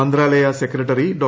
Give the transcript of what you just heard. മന്ത്രാലയ സെക്രട്ടറി ഡോ